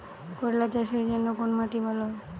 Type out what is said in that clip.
করলা চাষের জন্য কোন মাটি ভালো?